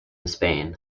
spain